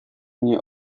nie